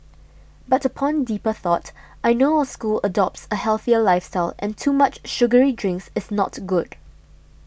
but upon deeper thought I know our school adopts a healthier lifestyle and too much sugary drinks is not good